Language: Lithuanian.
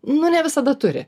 nu ne visada turi